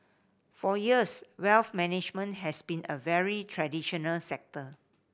for years wealth management has been a very traditional sector